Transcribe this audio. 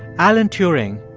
alan turing,